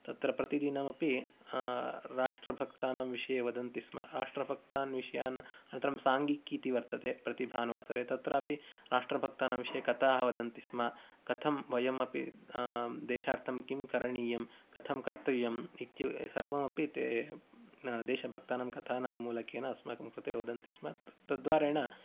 तत्र प्रतिदिनम् अपि राष्ट्रभक्तानां विषये वदन्ति स्म राष्ट्रभक्तान् विषयान् अत्र साङ्गीक् इति वर्तते प्रतिभानुवासरे तत्रापि राष्ट्रभक्तानां विषये कथाः वदन्ति स्म कथं वयमपि देशार्थं किं करणीयं कथं कर्तव्यम् इति सर्वमपि ते देशभक्तानां कथानां मूलकेन अस्माकं कृते वदन्ति स्म तद्वारा